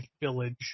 village